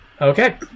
Okay